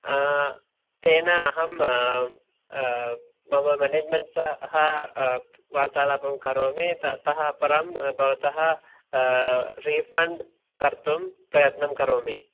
तेन अहम् मम मेनेज्मेण्ट् सह वार्तालापं करोमि ततः परं भवतः रीफण्ड् कर्तुं प्रयत्नं करोमि